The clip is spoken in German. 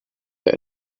der